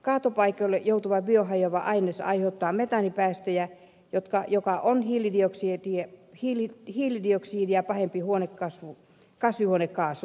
kaatopaikoille joutuva biohajoava aines aiheuttaa metaanipäästöjä joka on hiilidioksidia pahempi kasvihuonekaasu